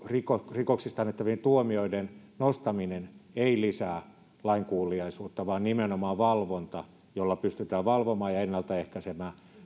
rikoksista annettavien tuomioiden nostaminen ei lisää lainkuuliaisuutta vaan nimenomaan valvonta jolla pystytään valvomaan ja ennaltaehkäisemään